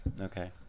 Okay